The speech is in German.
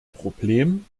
problem